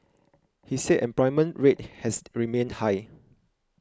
he said employment rate has remained high